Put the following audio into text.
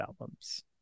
albums